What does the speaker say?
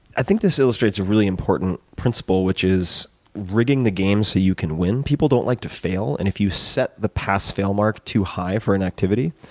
i think this illustrates a really important principle, which is rigging the game so that you can win. people don't like to fail. and if you set the pass fail mark too high for an activity,